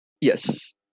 yes